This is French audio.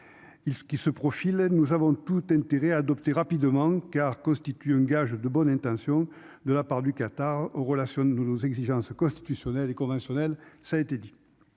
se qui se profile, nous avons tout intérêt à adopter rapidement car constitue un gage de bonnes intentions de la part du Qatar aux relations de nous nos exigences constitutionnelles et conventionnelles, ça a été dit,